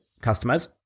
customers